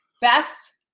Best